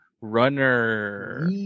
Runner